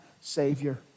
savior